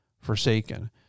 forsaken